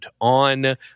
on